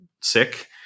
Sick